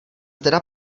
teda